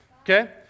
Okay